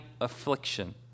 affliction